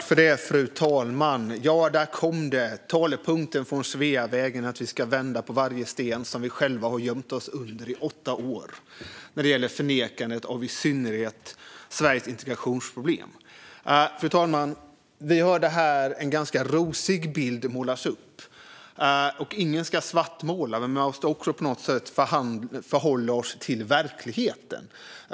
Fru talman! Där kom det, talepunkter från Sveavägen, att man ska vända på varje sten som man själv har gömt sig under i åtta år när det gäller förnekandet av i synnerhet Sveriges integrationsproblem. Fru talman! Vi hörde en ganska rosig bild målas upp här. Ingen ska svartmåla, men vi måste på något sätt förhålla oss till verkligheten.